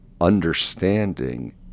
understanding